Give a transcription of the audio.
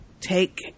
take